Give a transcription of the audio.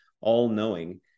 all-knowing